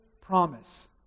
promise